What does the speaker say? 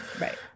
right